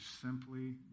simply